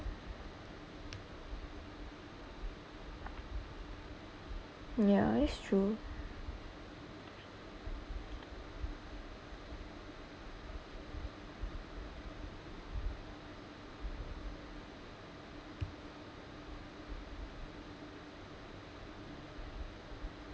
ya it's true